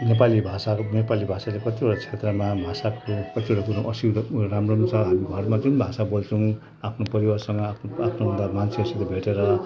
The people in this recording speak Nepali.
नेपाली भाषाहरू नेपाली भाषाले कतिवटा क्षेत्रमा भाषाको कतिवटा कुरा असुविधा उनीहरू राम्रो छ हामी घरमा जुन भाषा बोल्छौँ आफ्नो परिवारसँग आफ्नो आफ्नो घर मान्छेहरूसित भेटेर